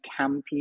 campy